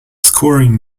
scoring